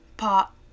Pop